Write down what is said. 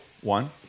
One